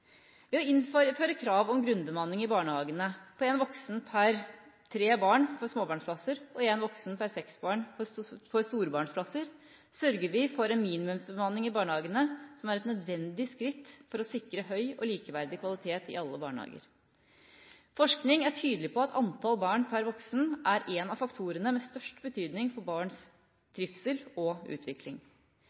Ved å innføre krav om grunnbemanning i barnehagene på én voksen per tre barn for småbarnsplasser og én voksen per seks barn for storebarnsplasser, sørger vi for en minimumsbemanning i barnehagene, som er et nødvendig skritt for å sikre høy og likeverdig kvalitet i alle barnehager. Forskning er tydelig på at antall barn per voksen er en av faktorene med størst betydning for barns trivsel og utvikling.